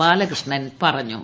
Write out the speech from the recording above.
ബാലകൃഷ്ണൻ പറഞ്ഞു